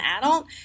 adult